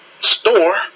store